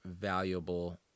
valuable